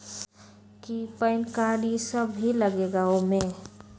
कि PAN card इ सब भी लगेगा वो में?